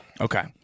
Okay